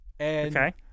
Okay